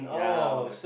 yeah